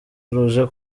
ruje